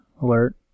alert